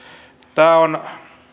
tämä on